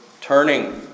Turning